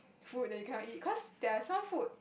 food you cannot eat cause there are some food